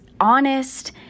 honest